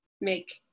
make